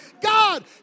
God